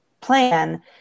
plan